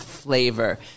Flavor